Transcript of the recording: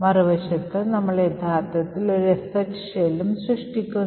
മറുവശത്ത് നമ്മൾ യഥാർത്ഥത്തിൽ ഒരു sh ഷെല്ലും സൃഷ്ടിക്കുന്നു